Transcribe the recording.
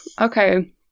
Okay